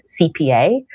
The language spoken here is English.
CPA